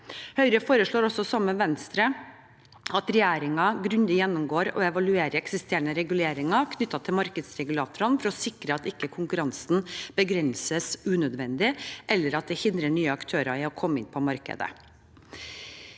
Høyre foreslår også, sammen med Venstre, at regjeringen grundig gjennomgår og evaluerer eksisterende reguleringer knyttet til markedsregulatorene, for å sikre at konkurransen ikke begrenses unødvendig, eller at det hindrer nye aktører i å komme inn på markedet.